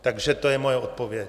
Takže to je moje odpověď.